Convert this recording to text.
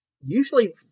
Usually